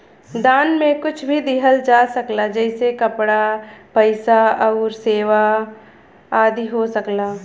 दान में कुछ भी दिहल जा सकला जइसे कपड़ा, पइसा आउर सेवा आदि हो सकला